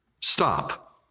stop